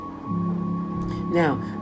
Now